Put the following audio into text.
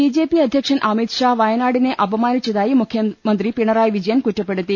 BJP അധ്യക്ഷൻ അമിത്ഷാ വയനാടിനെ അപമാനിച്ചതായി മുഖ്യമന്ത്രി പിണറായി വിജയൻ കുറ്റപ്പെടുത്തി